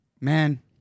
Man